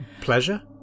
pleasure